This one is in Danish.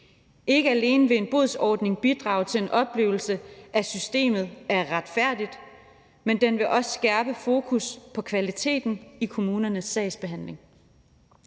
Ikke alene vil en bodsordning bidrage til en oplevelse af, at systemet er retfærdigt, men den vil også skærpe fokus på kvaliteten i kommunernes sagsbehandling.